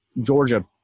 Georgia